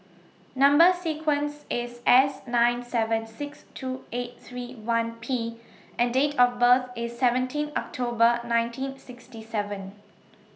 Number sequence IS S nine seven six two eight three one P and Date of birth IS seventeen October nineteen sixty seven